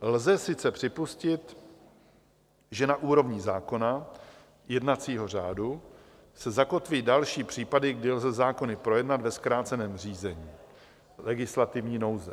Lze sice připustit, že na úrovni zákona, jednacího řádu, se zakotví další případy, kdy lze zákony projednat ve zkráceném řízení legislativní nouze.